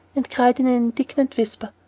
and cried in an indignant whisper,